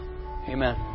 Amen